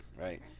right